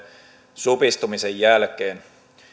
supistumisen jälkeen